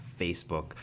Facebook